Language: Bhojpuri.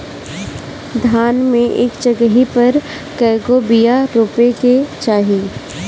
धान मे एक जगही पर कएगो बिया रोपे के चाही?